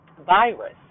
virus